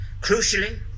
Crucially